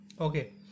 Okay